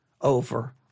over